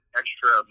extra